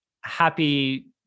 happy